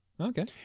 Okay